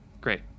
Great